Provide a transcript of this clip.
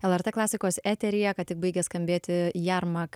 lrt klasikos eteryje ką tik baigė skambėti jermak